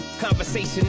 conversation